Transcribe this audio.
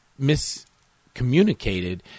miscommunicated